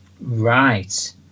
right